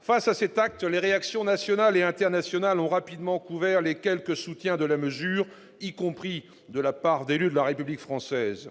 Face à cet acte, les réactions nationales et internationales ont rapidement couvert les quelques soutiens de la mesure, y compris de la part d'élus de la République française.